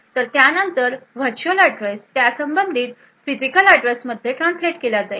तर त्यानंतर virtual address त्यासंबंधित फिजिकल अँड्रेस मध्ये ट्रान्सलेट केला जाईल